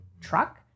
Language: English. truck